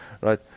right